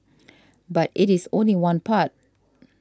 but it is only one part